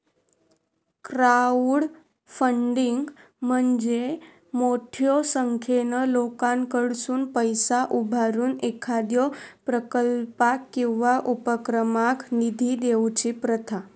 crowdfunding म्हणजे मोठ्यो संख्येन लोकांकडसुन पैसा उभारून एखाद्यो प्रकल्पाक किंवा उपक्रमाक निधी देऊची प्रथा